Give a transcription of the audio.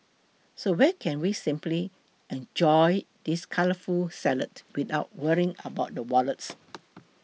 so where can we sampling enjoy this colourful salad without worrying about the wallets